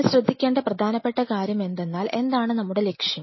നമ്മൾ ശ്രദ്ധിക്കേണ്ട പ്രധാനപ്പെട്ട കാര്യം എന്തെന്നാൽ എന്താണ് നമ്മുടെ ലക്ഷ്യം